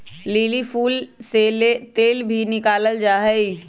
lily फूल से तेल भी निकाला जाहई